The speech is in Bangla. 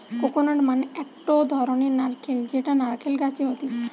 কোকোনাট মানে একটো ধরণের নারকেল যেটা নারকেল গাছে হতিছে